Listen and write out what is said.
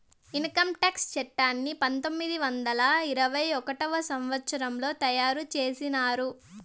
income tax చట్టాన్ని పంతొమ్మిది వందల అరవై ఒకటవ సంవచ్చరంలో తయారు చేసినారు